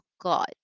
God